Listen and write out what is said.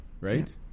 right